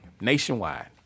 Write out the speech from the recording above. nationwide